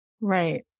Right